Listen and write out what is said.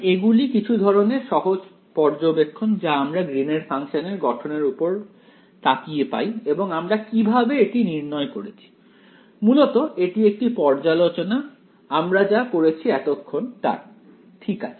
এগুলি হল কিছু ধরনের সহজ পর্যবেক্ষণ যা আমরা গ্রীন এর ফাংশনের গঠনের উপর তাকিয়ে পাই এবং আমরা কিভাবে এটি নির্ণয় করেছি মূলত এটি একটি পর্যালোচনা আমরা এতক্ষণ যা করেছি তার ঠিক আছে